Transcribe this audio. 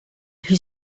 who